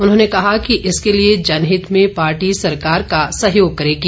उन्होंने कहा कि इसके लिए जनहित में पार्टी सरकार का सहयोग करेगी